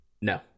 no